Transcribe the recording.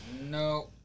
No